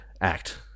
act